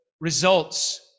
results